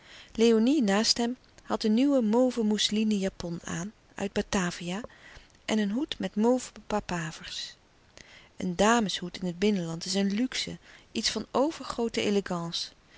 léonie naast hem had een nieuwe mauve mousseline japon aan uit batavia en een hoed met mauve papavers een dameshoed in het binnenland is een luxe iets van overgroote elegance